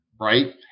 Right